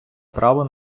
право